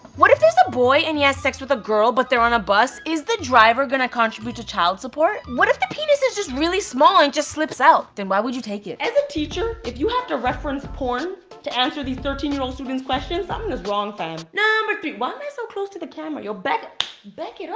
what if there's a boy and he has sex with a girl, but they're on a bus? is the driver gonna contribute to child support? what if the penis is just really small and just slips out? then why would you take it? as a teacher, if you have to reference porn to answer these thirteen year old students' questions, um something is wrong, fam. number three. why am i so close to the camera, yo? back up. you know